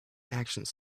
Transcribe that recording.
actions